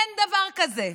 אין דבר כזה.